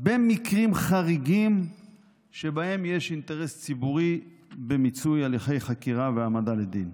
במקרים חריגים שבהם יש אינטרס ציבורי במיצוי הליכי חקירה והעמדה לדין.